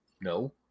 No